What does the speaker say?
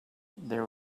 there